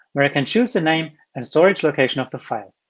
where i can choose the name and storage location of the file.